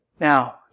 Now